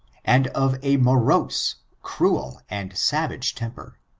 and of a morose, cruel and savage temper,